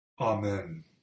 amen